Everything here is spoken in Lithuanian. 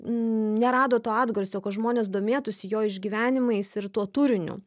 nerado to atgarsio kad žmonės domėtųsi jo išgyvenimais ir tuo turiniu